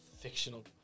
Fictional